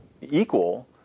equal